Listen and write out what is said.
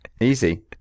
Easy